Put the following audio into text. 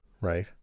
right